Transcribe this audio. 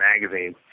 magazine